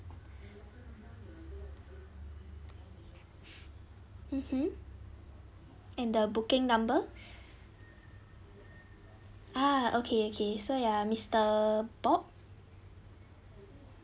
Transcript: mmhmm and the booking number ah okay okay so you are mister bob